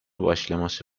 başlaması